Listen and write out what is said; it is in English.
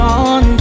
on